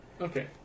Okay